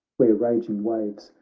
where raging waves,